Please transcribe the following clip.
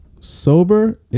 sober